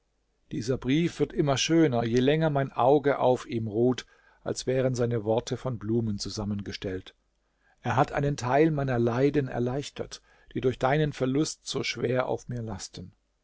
dieser brief wird immer schöner je länger mein auge auf ihm ruht als wären seine worte von blumen zusammengestellt er hat einen teil meiner leiden erleichtert die durch deinen verlust so schwer auf mir lasten